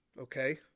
Okay